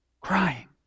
crying